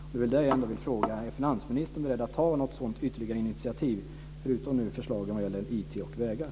Det är där jag ändå vill fråga: Är finansministern beredd att ta något sådant ytterligare initiativ, förutom förslagen om IT och vägar?